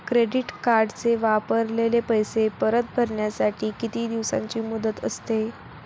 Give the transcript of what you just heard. Credit कार्डचे वापरलेले पैसे परत भरण्यासाठी किती दिवसांची मुदत असते?